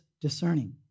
discerning